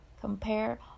compare